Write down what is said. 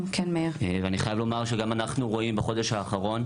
ואני חייב לומר שאנחנו גם רואים בחודש האחרון,